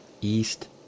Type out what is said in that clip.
east